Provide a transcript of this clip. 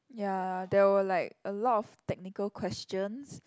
ya there were like a lot of technical questions